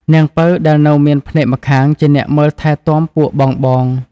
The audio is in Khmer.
នាងពៅដែលនៅមានភ្នែកម្ខាងជាអ្នកមើលថែទាំពួកបងៗ។